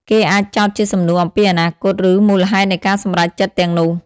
គេអាចចោទជាសំណួរអំពីអនាគត ឬមូលហេតុនៃការសម្រេចចិត្តទាំងនោះ។